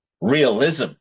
realism